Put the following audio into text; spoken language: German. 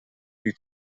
die